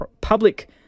public